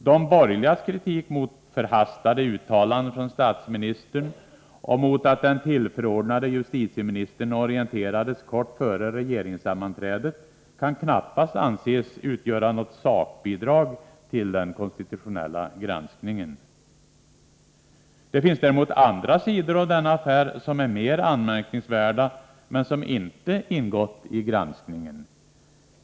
De borgerligas kritik mot förhastade uttalanden från statsministern och mot att den tillförordnade justitieministern orienterades först kort före regeringssammanträdet, kan knappast anses utgöra något sakbidrag till den konstitutionella granskningen. Det finns däremot andra sidor av denna affär som är mer anmärkningsvärda men som inte ingått i granskningen.